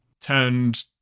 turned